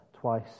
Twice